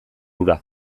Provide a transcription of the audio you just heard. hura